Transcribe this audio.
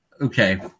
okay